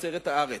תוצרת הארץ,